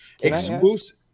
Exclusive